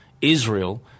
Israel